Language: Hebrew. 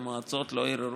אם המועצות לא ערערו,